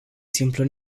simplu